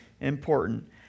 important